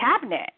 cabinet